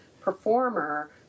performer